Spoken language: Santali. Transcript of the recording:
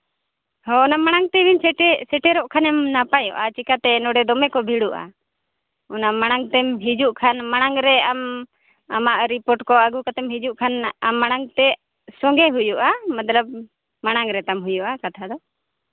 ᱦᱳᱭ ᱚᱱᱟ ᱢᱟᱲᱟᱝ ᱛᱮᱜᱤᱧ ᱥᱮᱴᱮᱨ ᱥᱮᱴᱮᱨᱚᱜ ᱠᱷᱟᱱᱮᱢ ᱱᱟᱯᱟᱭᱚᱜᱼᱟ ᱪᱤᱠᱟᱹᱛᱮ ᱱᱚᱸᱰᱮ ᱫᱚᱢᱮ ᱠᱚ ᱵᱷᱤᱲᱚᱜᱼᱟ ᱚᱱᱟ ᱢᱟᱲᱟᱝ ᱛᱮᱢ ᱦᱤᱡᱩᱜ ᱠᱷᱟᱱ ᱚᱱᱟ ᱢᱟᱲᱟᱝ ᱨᱮ ᱟᱢ ᱟᱢᱟᱜ ᱨᱤᱯᱳᱨᱴ ᱠᱚ ᱟᱹᱜᱩ ᱠᱟᱛᱮᱢ ᱦᱤᱡᱩᱜ ᱠᱷᱟᱱ ᱟᱢ ᱢᱟᱲᱟᱝ ᱛᱮ ᱥᱚᱸᱜᱮ ᱦᱩᱭᱩᱜᱼᱟ ᱢᱚᱛᱞᱚᱵ ᱢᱟᱲᱟᱝ ᱨᱮᱛᱟᱢ ᱦᱩᱭᱩᱜᱼᱟ ᱠᱟᱛᱷᱟ ᱫᱚ